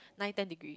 nine ten degree